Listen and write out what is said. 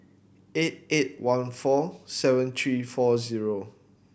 eight eight one four seven three four zero